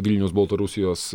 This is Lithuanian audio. vilnius baltarusijos